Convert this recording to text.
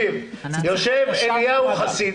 תקשיב, יושב אליהו חסיד,